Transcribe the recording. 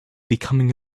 becoming